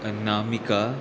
Anamika